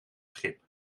schip